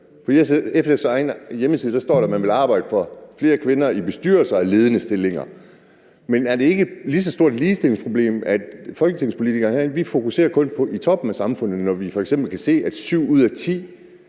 På SF's egen hjemmeside står der, at man vil arbejde for flere kvinder i bestyrelser og ledende stillinger. Er det ikke et lige så stort ligestillingsproblem, at folketingspolitikerne herinde kun fokuserer på toppen af samfundet, når vi f.eks. kan se, at syv ud af ti